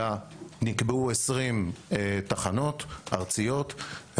אלא נקבעו 20 תחנות ארציות,